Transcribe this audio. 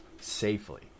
safely